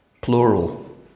Plural